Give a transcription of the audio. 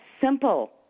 simple